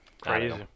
Crazy